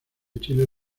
chile